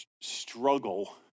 struggle